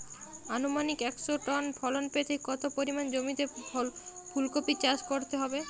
আনুমানিক একশো টন ফলন পেতে কত পরিমাণ জমিতে ফুলকপির চাষ করতে হবে?